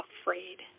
afraid